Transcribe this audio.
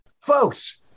Folks